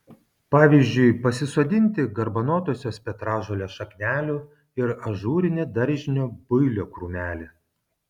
pavyzdžiui pasisodinti garbanotosios petražolės šaknelių ir ažūrinį daržinio builio krūmelį